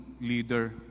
leader